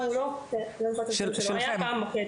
מוקד שלכם.